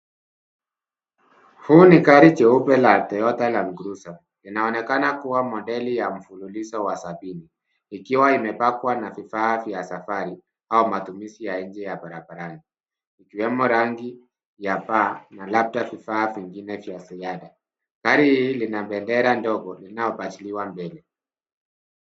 Hii ni gari jeupe la Toyota Landcruiser. Linaonekana kuwa model ya mfululizo wa sabini ikiwa imepakwa na vifaa vya safari au matumizi ya nje ya barabarani ikiwemo rangi ya paa na labda vifaa vingine vya ziada. Gari hii lina bendera ndogo linaofasiliwa mbele.